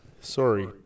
Sorry